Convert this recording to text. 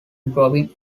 growing